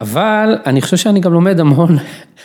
אבל אני חושב שאני גם לומד המון.